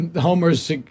Homer's